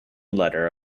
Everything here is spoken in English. letter